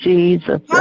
Jesus